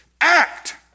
Act